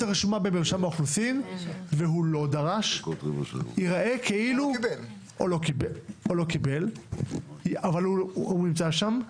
הרשומה במרשם האוכלוסין והוא לא דרש או לא קיבל אבל הוא נמצא שם,